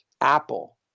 Apple